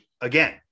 again